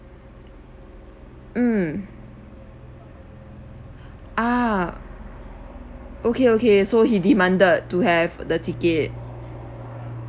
mm ah okay okay so he demanded to have the ticket